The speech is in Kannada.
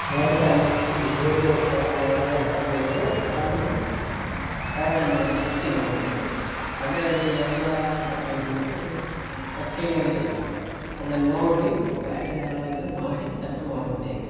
ಪ್ಯಾಟನ್ಸು ಚೂಡಿದಾರ್ ಪ್ಯಾಟನ್ ಒಳ್ಳೆಯ ಪ್ಯಾಟರ್ನ್ ಇದ್ದರೆ ಅದನ್ನು ಪ್ಯಾಟನ್ ನೋಡಿ ಸ್ಟಿಚಿಂಗ್ ಮಾಡ್ತೇವೆ ಅದರಲ್ಲಿ ಎಲ್ಲ ಬಗೆಯದ್ದು ಕಟ್ಟಿಂಗಲ್ಲಿ ಅದನ್ನು ನೋಡಿ ಪ್ಯಾಟನೆಲ್ಲ ಇದು ಮಾಡಿ ಕಟ್ಟು ಮಾಡುತ್ತೇವೆ